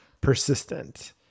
persistent